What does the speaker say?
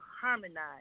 harmonize